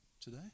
today